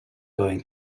going